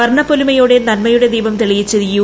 വർണപ്പൊലിമയോടെ നന്മയ്യുടെദ്ദീപം തെളിയിച്ച് യു